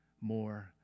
more